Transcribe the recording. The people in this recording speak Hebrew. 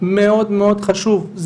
מאוד מאוד חשוב,